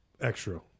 extra